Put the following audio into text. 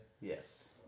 Yes